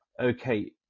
Okay